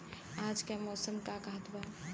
आज क मौसम का कहत बा?